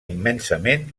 immensament